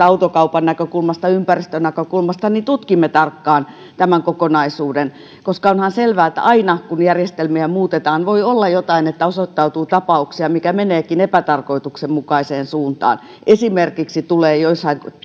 autokaupan näkökulmasta ympäristön näkökulmasta että tutkimme tarkkaan tämän kokonaisuuden koska onhan selvää että aina kun järjestelmiä muutetaan voi olla että osoittautuu tapauksia joissa mennäänkin epätarkoituksenmukaiseen suuntaan esimerkiksi tulee